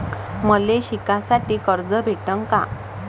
मले शिकासाठी कर्ज भेटन का?